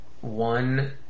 one